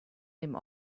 dem